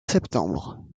septembre